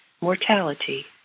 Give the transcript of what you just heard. mortality